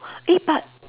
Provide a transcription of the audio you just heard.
eh but